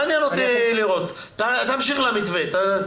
תמשיך למתווה.